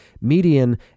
median